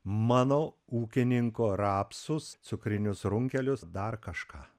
mano ūkininko rapsus cukrinius runkelius dar kažką